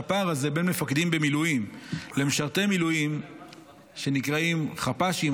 שהפער הזה בין מפקדים במילואים למשרתי מילואים שנקראים חפ"שים,